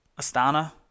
Astana